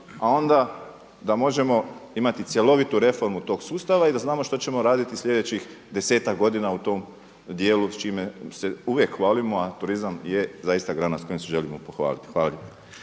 a onda da možemo imati cjelovitu reformu tog sustava i da znamo što ćemo raditi sljedećih desetak godina u tom dijelu s čime se uvijek hvalimo, a turizam je zaista grana sa kojom se želimo pohvaliti. Hvala